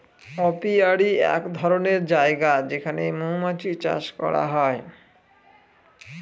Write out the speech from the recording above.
apiary এক ধরনের জায়গা যেখানে মৌমাছি চাষ করা হয়